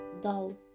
dull